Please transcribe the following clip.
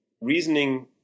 reasoning